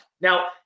Now